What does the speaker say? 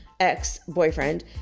ex-boyfriend